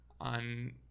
on